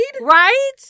right